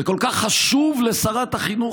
זה כל כך חשוב לשרת החינוך,